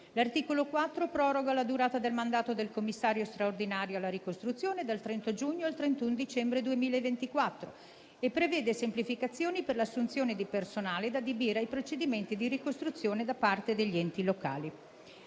L'articolo 4 proroga la durata del mandato del commissario straordinario alla ricostruzione dal 30 giugno al 31 dicembre 2024 e prevede semplificazioni per l'assunzione di personale da adibire ai procedimenti di ricostruzione da parte degli enti locali.